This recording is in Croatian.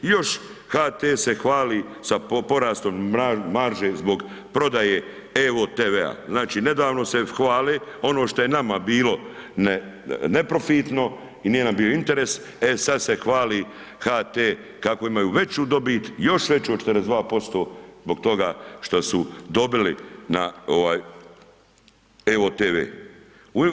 I još HT se hvali sa porastom marže zbog prodaje EVO TV-a, znači nedavno se hvali, ono što je nama bilo neprofitno i nije nam bio interes e sad se hvali HT kako imaju veću dobit, još veću od 42% zbog toga što su dobili na EVO TV.